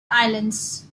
islands